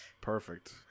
perfect